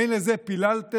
האם לזה פיללתם?